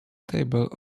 table